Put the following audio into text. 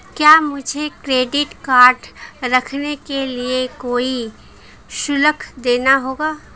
क्या मुझे credit card रखने के लिए कोई शुल्क देना होगा?